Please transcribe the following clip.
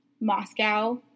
Moscow